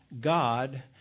God